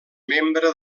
membre